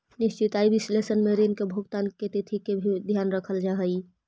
निश्चित आय विश्लेषण में ऋण के भुगतान के तिथि के भी ध्यान रखल जा हई